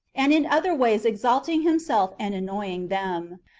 and in other ways exalting himself and annoying them.